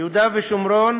ביהודה ושומרון